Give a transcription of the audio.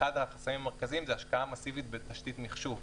אחד החסמים המרכזיים זה השקעה מאסיבית בתשתית מחשוב.